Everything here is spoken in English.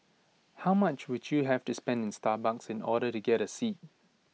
how much would you have to spend in Starbucks in order to get A seat